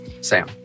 Sam